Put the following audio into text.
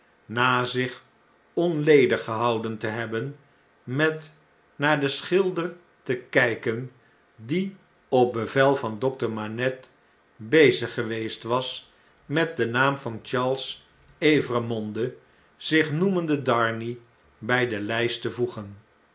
na zich onledig gehouden te hebben metnaar den schilder te kjjken die op bevel van dokter manette bezig geweest was met den naam van charles evremonde zich noemende darnay bg de lijst te voegen